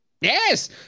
Yes